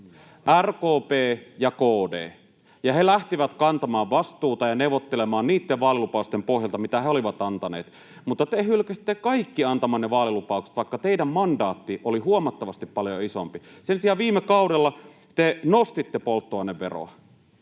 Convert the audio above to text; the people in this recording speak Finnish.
RKP ja KD. Ja he lähtivät kantamaan vastuuta ja neuvottelemaan niitten vaalilupausten pohjalta, mitä he olivat antaneet. Mutta te hylkäsitte kaikki antamanne vaalilupaukset, vaikka teidän mandaatti oli huomattavan paljon isompi. Sen sijaan viime kaudella te nostitte polttoaineveroa.